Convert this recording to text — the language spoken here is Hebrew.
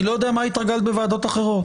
אני לא יודע למה התרגלת בוועדות אחרות.